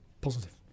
positive